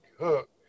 hook